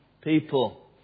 people